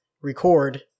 record